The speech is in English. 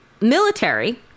military